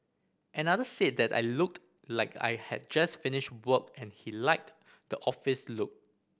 another said that I looked like I had just finished work and he liked the office look